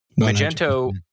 Magento